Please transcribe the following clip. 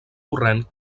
torrent